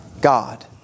God